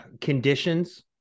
conditions